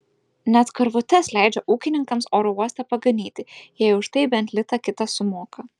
net karvutes leidžia ūkininkams oro uostuose paganyti jei už tai bent litą kitą sumoka